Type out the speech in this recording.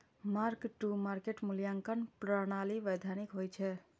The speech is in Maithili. मार्क टू मार्केट मूल्यांकन प्रणाली वैधानिक होइ छै